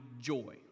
joy